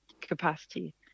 capacity